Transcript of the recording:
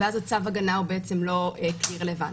ואז צו ההגנה הוא בעצם לא כלי רלוונטי.